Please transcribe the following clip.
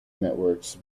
networks